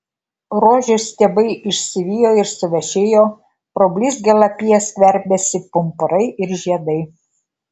rožių stiebai išsivijo ir suvešėjo pro blizgią lapiją skverbėsi pumpurai ir žiedai